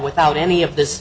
without any of this